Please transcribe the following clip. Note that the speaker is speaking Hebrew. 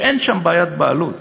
שאין שם בעיית בעלות,